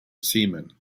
seaman